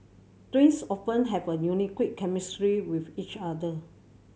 twins often have a unique chemistry with each other